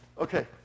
Okay